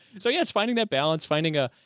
so yeah, it's finding that balance. finding a,